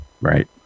right